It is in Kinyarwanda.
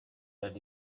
ari